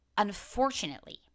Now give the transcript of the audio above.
Unfortunately